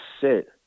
sit